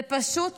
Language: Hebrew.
זה פשוט